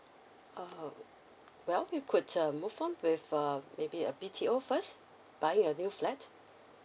oh well you could uh move on with a maybe a B_T_O first buying a new flat